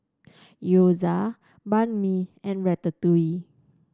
Gyoza Banh Mi and Ratatouille